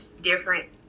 different